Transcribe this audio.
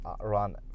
run